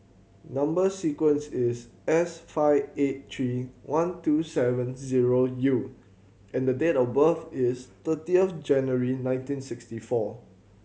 number sequence is S five eight three one two seven zero U and date of birth is thirtieth January nineteen sixty four